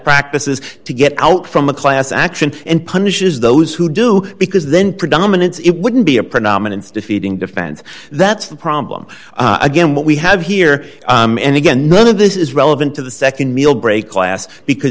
practices to get out from a class action and punishes those who do because then predominance it wouldn't be a predominant defeating defense that's the problem again what we have here and again none of this is relevant to the nd millbrae class because